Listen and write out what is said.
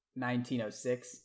1906